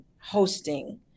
hosting